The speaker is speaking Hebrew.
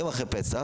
יום אחרי פסח